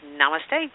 Namaste